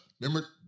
remember